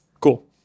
Cool